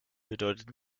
bedeutet